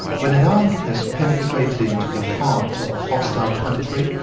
when an army has penetrated into the heart of a hostile country,